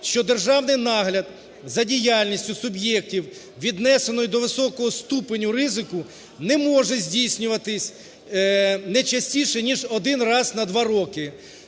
що державний нагляд за діяльністю суб'єктів віднесеної до високого ступеню ризику не може здійснюватися не частіше, ніж один раз на два роки,